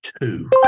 Two